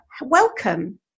welcome